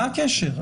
מה הקשר?